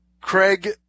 Craig